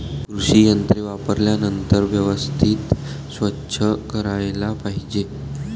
कृषी यंत्रे वापरल्यानंतर व्यवस्थित स्वच्छ करायला पाहिजे